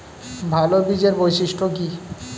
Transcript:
ভাল বীজের বৈশিষ্ট্য কী?